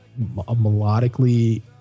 Melodically